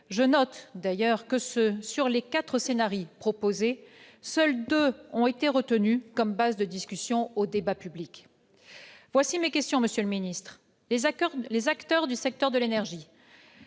Je note que, sur les quatre scenarii proposés, seuls deux ont été retenus comme bases de discussion pour le débat public. Voici donc mes questions, monsieur le ministre d'État. Les acteurs du secteur de l'énergie,